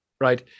right